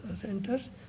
centers